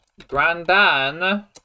grandan